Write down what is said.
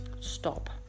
stop